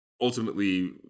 Ultimately